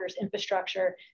infrastructure